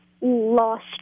lost